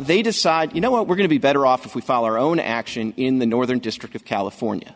they decide you know what we're going to be better off if we follow our own action in the northern district of california